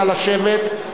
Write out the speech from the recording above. נא לשבת,